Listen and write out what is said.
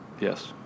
Yes